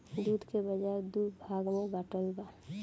दूध के बाजार दू भाग में बाटल बा